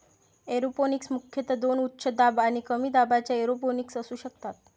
aeroponics मुख्यतः दोन उच्च दाब आणि कमी दाबाच्या एरोपोनिक्स असू शकतात